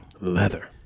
Leather